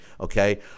okay